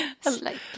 Slightly